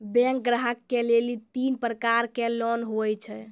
Bank ग्राहक के लेली तीन प्रकर के लोन हुए छै?